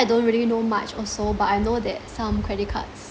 I don't really know much also but I know that some credit cards